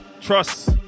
Trust